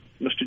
Mr